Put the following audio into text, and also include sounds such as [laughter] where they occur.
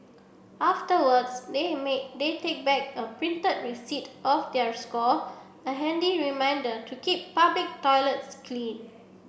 afterwards they [unintelligible] they take back a printed [unintelligible] of their score a handy reminder to keep public toilets clean